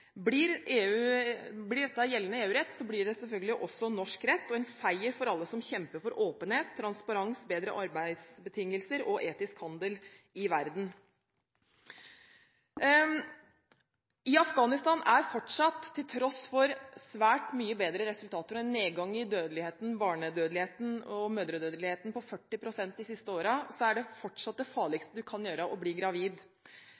en seier for alle som kjemper for åpenhet, transparens, bedre arbeidsbetingelser og etisk handel i verden. I Afghanistan er fortsatt, til tross for svært mye bedre resultater og en nedgang i barnedødeligheten og mødredødeligheten på 40 pst. de siste